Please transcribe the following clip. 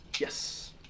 Yes